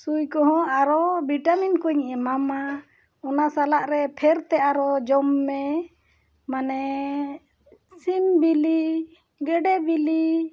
ᱥᱩᱭ ᱠᱚᱦᱚᱸ ᱟᱨᱚ ᱵᱷᱤᱴᱟᱢᱤᱱ ᱠᱚᱧ ᱮᱢᱟᱢᱟ ᱚᱱᱟ ᱥᱟᱞᱟᱜ ᱨᱮ ᱯᱷᱮᱨᱛᱮ ᱟᱨᱚ ᱡᱚᱢ ᱢᱮ ᱢᱟᱱᱮ ᱥᱤᱢ ᱵᱤᱞᱤ ᱜᱮᱰᱮ ᱵᱤᱞᱤ